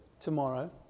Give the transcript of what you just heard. tomorrow